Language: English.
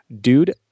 dude